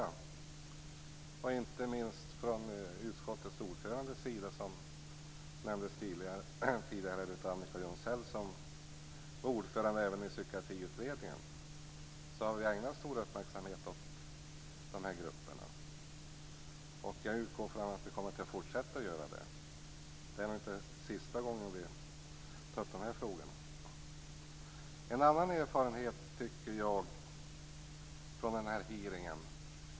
Det gäller inte minst utskottets ordförande, vilken, som Annika Jonsell här tidigare nämnde, också var ordförande i Psykiatriutredningen. Vi har ägnat stor uppmärksamhet åt de här grupperna, och jag utgår från att vi kommer att fortsätta att göra det. Detta är inte den sista gången som vi tar upp de här frågorna.